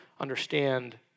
understand